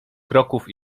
kroków